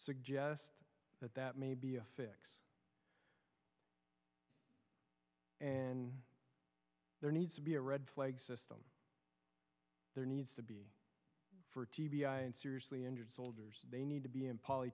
suggest that that may be a fix and there needs to be a red flag system there needs to be for t b i and seriously injured soldiers they need to be in pol